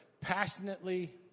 passionately